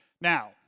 Now